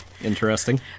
Interesting